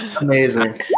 Amazing